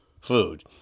food